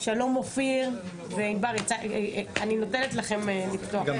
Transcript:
אם בעבר היינו רואים הרבה הברחות של סמים,